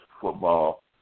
football